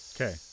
Okay